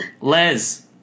Les